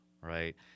right